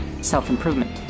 self-improvement